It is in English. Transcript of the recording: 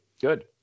good